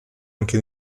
anche